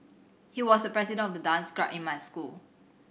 he was the president of the dance club in my school